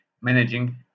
managing